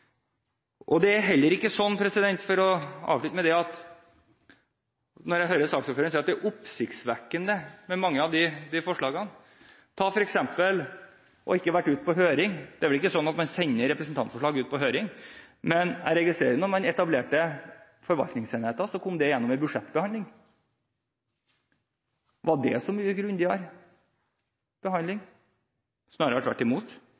er oppsiktsvekkende at mange av forslagene ikke har vært ute på høring, så er det vel ikke slik at man sender representantforslag ut på høring. Men jeg registrerer at da man etablerte forvaltningsenheter, kom det gjennom i budsjettbehandlingen. Var det så mye grundigere behandling? Snarere tvert imot